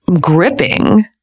gripping